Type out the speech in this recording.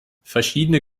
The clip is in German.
verschiedene